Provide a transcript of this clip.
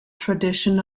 tradition